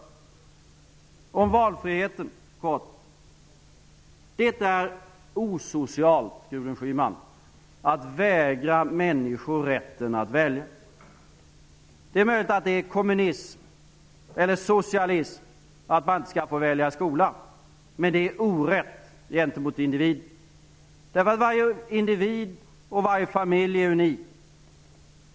Sedan kort om valfriheten. Det är osocialt, Gudrun Schyman, att förvägra människor rätten att välja. Det är möjligt att det är kommunism eller socialism att man inte skall få välja skola. Men det är orätt gentemot individen, därför att varje individ och varje familj är unik.